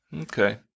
Okay